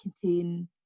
contain